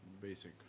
basic